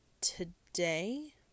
today